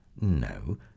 No